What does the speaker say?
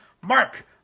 Mark